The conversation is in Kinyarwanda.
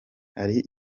hari